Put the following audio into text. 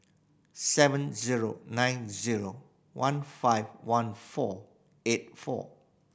seven zero nine zero one five one four eight four